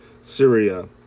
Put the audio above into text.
Syria